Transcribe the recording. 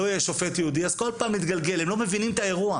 לא יהיה שופט ייעודי אז כל פעם מתגלגל הם לא מבינים את האירוע,